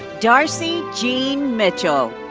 darcy jean mitchell.